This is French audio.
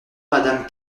madame